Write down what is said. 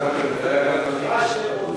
והטכנולוגיה נתקבלה.